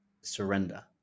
surrender